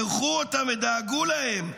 אירחו אותם ודאגו להם,